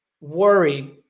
worry